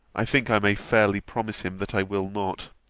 i think i may fairly promise him that i will not.